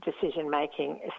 decision-making